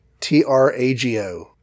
T-R-A-G-O